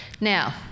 now